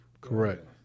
Correct